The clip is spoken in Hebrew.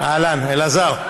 אלעזר.